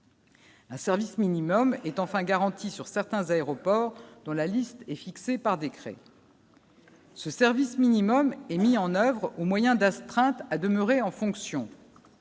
Un service minimum est enfin garanti sur certains aéroports dont la liste est fixé par décret. Ce service minimum est mis en oeuvre au moyen d'astreinte à demeurer en fonction.